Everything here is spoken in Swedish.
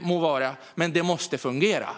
må vara detsamma, men det måste fungera.